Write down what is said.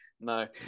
no